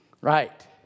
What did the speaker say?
Right